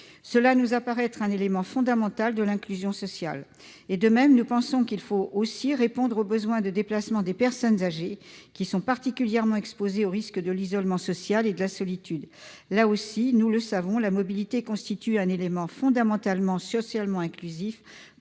Cela nous apparaît être un élément fondamental de l'inclusion sociale. Par ailleurs, il faut également répondre aux besoins de déplacements des personnes âgées, qui sont particulièrement exposées au risque de l'isolement social et de la solitude. Là aussi, nous le savons, la mobilité constitue un élément fondamental d'inclusion